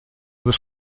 was